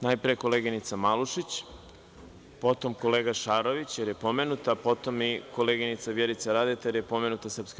Najpre koleginica Malušić, potom kolega Šarović, jer je pomenut, a potom i koleginica Vjerica Radeta, jer je pomenuta SRS.